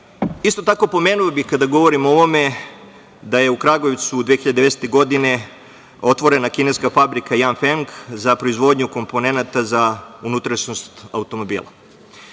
Isto tako, pomenuo bih, kada govorim o ovome, da je u Kragujevcu 2019. godine otvorena kineska fabrika „Jang Feng“ za proizvodnju komponenata za unutrašnjost automobila. Kada